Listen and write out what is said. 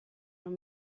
non